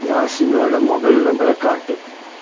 யாசினோட mobile நம்பரை காட்டு